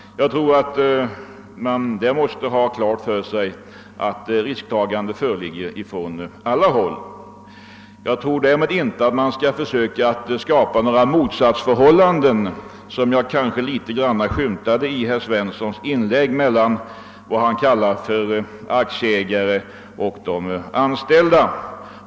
Jag tror att man måste ha klart för sig att risktagande föreligger på alla håll, men man bör inte försöka skapa några motsatsförhållanden, något som jag kanske i någon mån skymtade i herr Svenssons inlägg, då han talade om aktieägare och de anställda.